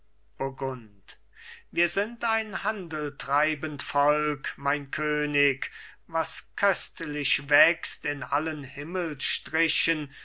wir sind ein handeltreibend volk mein könig was köstlich wächst in allen